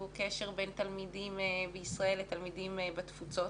והוא קשר בין תלמידים בישראל לתלמידים בתפוצות.